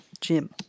Jim